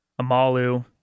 Amalu